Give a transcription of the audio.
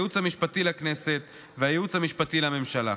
הייעוץ המשפטי לכנסת והייעוץ המשפטי לממשלה.